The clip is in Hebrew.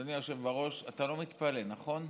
אדוני היושב-ראש, אתה לא מתפלל, נכון?